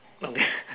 okay